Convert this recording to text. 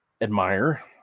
admire